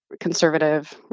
conservative